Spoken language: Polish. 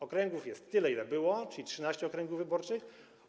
Okręgów jest tyle, ile było, czyli jest 13 okręgów wyborczych.